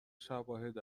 شواهد